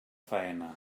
faena